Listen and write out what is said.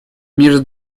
между